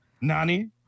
Nani